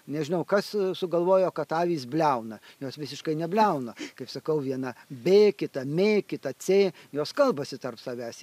nežinau kas sugalvojo kad avys bliauna jos visiškai nebliauna kaip sakau viena bė kita mė kita cė jos kalbasi tarp savęs